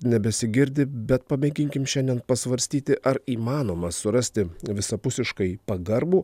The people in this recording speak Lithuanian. nebesigirdi bet pamėginkim šiandien pasvarstyti ar įmanoma surasti visapusiškai pagarbų